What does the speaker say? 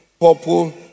purple